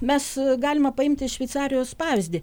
mes galime paimti iš šveicarijos pavyzdį